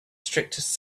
strictest